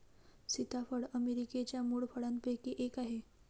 सीताफळ अमेरिकेच्या मूळ फळांपैकी एक आहे